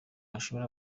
mashuri